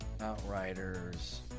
Outriders